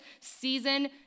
season